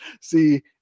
see